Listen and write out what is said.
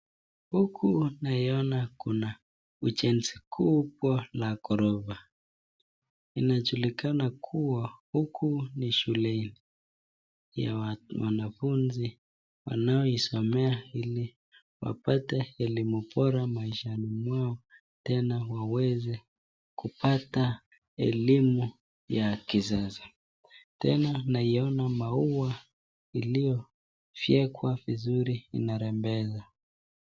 Huku naiona kuna ujenzi kubwa na gorofa, inajulikana kuwa huku ni shuleni, ya wanafunzi wanaisomea ili wapate elimu bora maishani mwao, tena waweze kupata elimu ya kisasa. Tena naiona mauwa iliyofwekwa vizuri inarembeza.